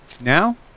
Now